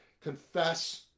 confess